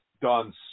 done